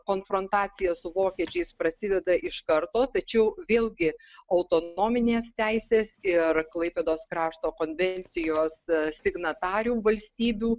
konfrontacija su vokiečiais prasideda iš karto tačiau vėlgi autonominės teisės ir klaipėdos krašto konvencijos signatarių valstybių